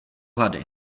hlady